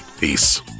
peace